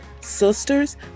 Sisters